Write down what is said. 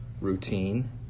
routine